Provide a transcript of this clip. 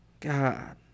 God